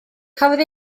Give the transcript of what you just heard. cafodd